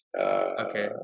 Okay